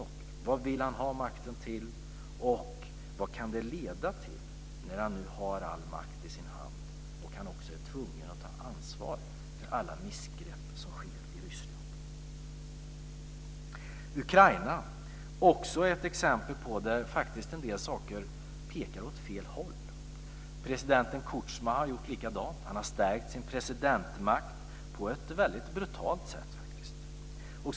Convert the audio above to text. Vad vill han ha makten till? Och vad kan det leda till när han nu har all makt i sin hand och också är tvungen att ta ansvar för alla missgrepp som sker i Ryssland? Ukraina är också ett exempel där faktiskt en del saker pekar åt fel håll. Presidenten Kutjma har gjort likadant. Han har stärkt sin presidentmakt - på ett väldigt brutalt sätt faktiskt.